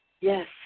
Yes